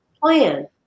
plan